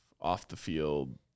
off-the-field